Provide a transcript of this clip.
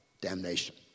damnation